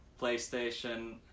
playstation